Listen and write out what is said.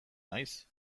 naiz